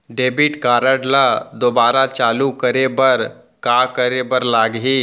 Debit card ला दोबारा चालू करे बर का करे बर लागही?